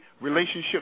relationship